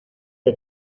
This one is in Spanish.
que